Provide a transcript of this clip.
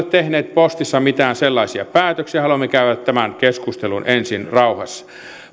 tehneet postissa mitään sellaisia päätöksiä haluamme käydä tämän keskustelun ensin rauhassa